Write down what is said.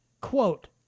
Quote